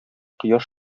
кояш